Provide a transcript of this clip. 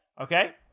Okay